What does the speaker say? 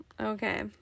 okay